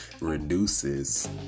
reduces